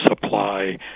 supply